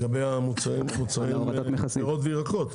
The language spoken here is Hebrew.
פירות וירקות.